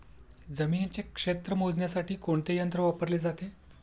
जमिनीचे क्षेत्र मोजण्यासाठी कोणते यंत्र वापरले जाते?